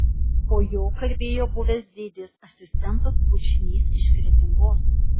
po jo kalbėjo buvęs dėdės asistentas bučnys iš kretingos